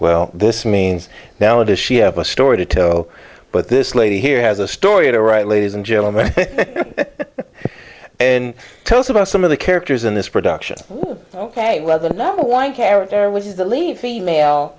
well this means now it is she have a story to tell but this lady here has a story to write ladies and gentlemen and tell us about some of the characters in this production ok well the number one character which is the lead female